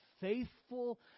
faithful